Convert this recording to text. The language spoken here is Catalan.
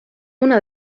una